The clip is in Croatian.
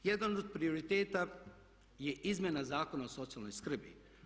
Jedan od prioriteta je izmjena Zakona o socijalnoj skrbi.